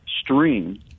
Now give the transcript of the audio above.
stream